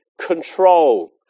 control